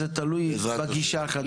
זה תלוי בגישה החדשה.